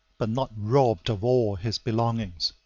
but not robbed of all his belongings.